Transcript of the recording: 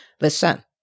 Listen